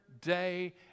day